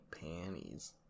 panties